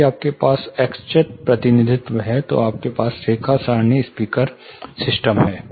यदि आपके पास x z प्रतिनिधित्व है तो आपके पास रेखा सारणी स्पीकर सिस्टम है